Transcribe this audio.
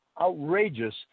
outrageous